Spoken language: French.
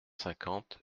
cinquante